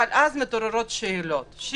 אבל אז מתעוררות שאלות.